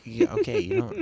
Okay